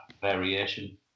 variation